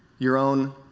your own